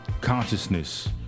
Consciousness